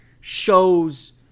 shows